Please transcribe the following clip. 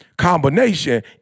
combination